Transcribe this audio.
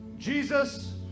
Jesus